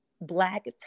black